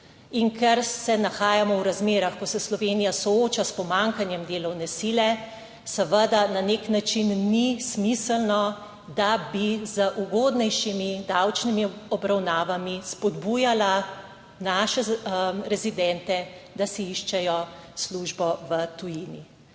In ker se nahajamo v razmerah, ko se Slovenija sooča s pomanjkanjem delovne sile, seveda na nek način ni smiselno, da bi z ugodnejšimi davčnimi obravnavami spodbujala naše rezidente, da si iščejo službo v tujini.